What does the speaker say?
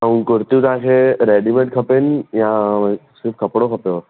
ऐं कुर्तियूं तव्हांखे रेडीमेड खपनि या सिर्फ़ु कपिड़ो खपेव